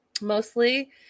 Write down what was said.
mostly